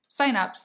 signups